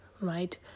right